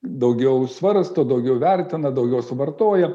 daugiau svarsto daugiau vertina daugiau suvartoja